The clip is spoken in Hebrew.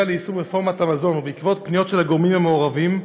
ליישום רפורמת המזון ובעקבות פניות של הגורמים המעורבים,